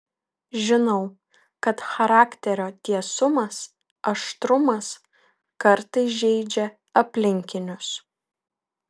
žinau kad charakterio tiesumas aštrumas kartais žeidžia aplinkinius